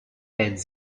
and